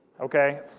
Okay